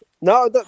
No